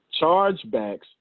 chargebacks